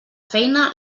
feina